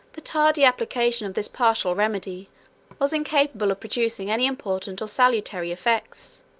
the tardy application of this partial remedy was incapable of producing any important or salutary effects.